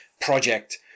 project